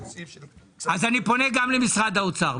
אז אני פונה גם למשרד האוצר.